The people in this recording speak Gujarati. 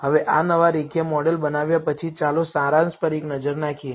હવે આ નવા રેખીય મોડેલ બનાવ્યા પછી ચાલો સારાંશ પર એક નજર નાખીએ